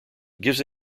gives